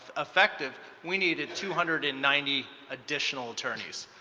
effective, we needed two hundred and ninety additional attorneys.